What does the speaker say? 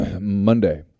Monday